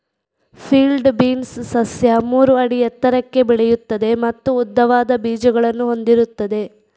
field beans ಸಸ್ಯ ಮೂರು ಅಡಿ ಎತ್ತರಕ್ಕೆ ಬೆಳೆಯುತ್ತದೆ ಮತ್ತು ಉದ್ದವಾದ ಬೀಜಗಳನ್ನು ಹೊಂದಿರುತ್ತದೆ